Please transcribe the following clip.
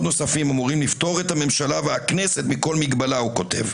נוספים אמורים לפטור את הממשלה והכנסת מכל מגבלה" כך הוא כותב,